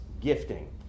gifting